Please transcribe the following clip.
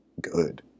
good